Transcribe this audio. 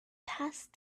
passed